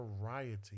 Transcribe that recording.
variety